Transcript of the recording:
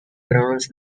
pronounced